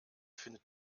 findet